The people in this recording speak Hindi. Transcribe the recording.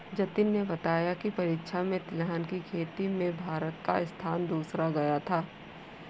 जतिन ने बताया की परीक्षा में तिलहन की खेती में भारत का स्थान पूछा गया था